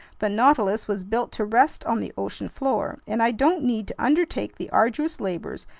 the nautilus was built to rest on the ocean floor, and i don't need to undertake the arduous labors,